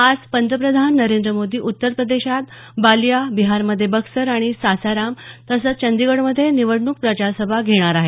आज पंतप्रधान नरेंद्र मोदी उत्तर प्रदेशात बालिया बिहारमधे बक्सर आणि सासाराम तसंच चंदिगडमधे निवडणूक प्रचारसभा घेणार आहेत